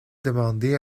demander